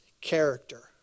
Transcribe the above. character